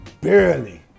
barely